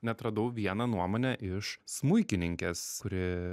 na atradau vieną nuomonę iš smuikininkės kuri